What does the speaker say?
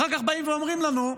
אחר כך באים ואומרים לנו: